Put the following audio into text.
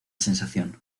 sensación